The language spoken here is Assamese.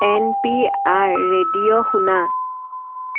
এন পি আৰ ৰেডিঅ' শুনা